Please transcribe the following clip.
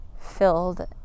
filled